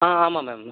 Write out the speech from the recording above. ஆ ஆமாம் மேம்